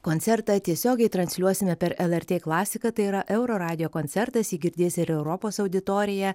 koncertą tiesiogiai transliuosime per lrt klasiką tai yra euroradijo koncertas jį girdės ir europos auditorija